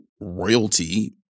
royalty